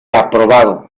aprobado